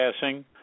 passing